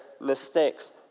mistakes